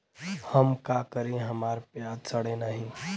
हम का करी हमार प्याज सड़ें नाही?